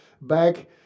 back